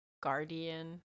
guardian